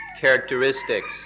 characteristics